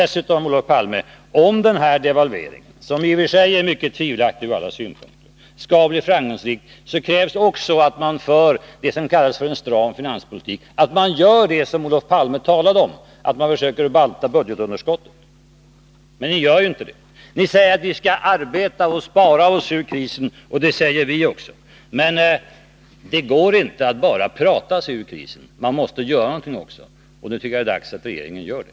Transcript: Dessutom, Olof Palme: Om denna devalvering — som i och för sig är mycket tvivelaktig ur alla synpunkter — skall bli framgångsrik krävs det också att man för det som kallas en stram finanspolitik, att man gör det som Olof Palme talade om, dvs. försöker banta budgetunderskottet. Men ni gör ju inte det. Ni säger att vi skall arbeta och spara oss ur krisen — och det säger vi också. Men det går inte att bara prata sig ur krisen. Man måste göra någonting också, och jag tycker det är dags att regeringen gör det.